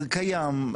זה קיים.